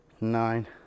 nine